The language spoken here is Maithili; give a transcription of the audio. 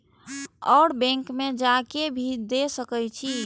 और बैंक में जा के भी दे सके छी?